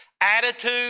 attitude